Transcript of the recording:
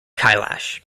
kailash